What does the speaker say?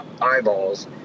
Eyeballs